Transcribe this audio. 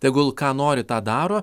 tegul ką nori tą daro